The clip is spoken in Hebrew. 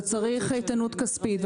צריך איתנות כספית,